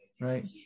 right